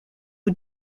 who